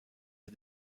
les